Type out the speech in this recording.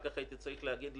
חייב להגיע אליכם,